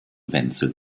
wenzel